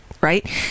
Right